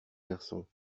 garçon